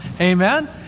Amen